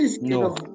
no